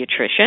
pediatrician